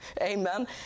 Amen